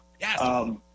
Yes